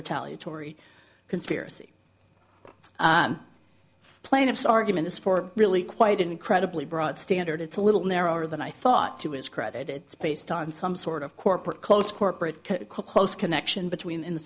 retaliatory conspiracy plaintiff's argument is for really quite an incredibly broad standard it's a little narrower than i thought to his credit it's based on some sort of corporate close corporate culture close connection between